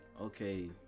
okay